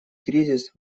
кризис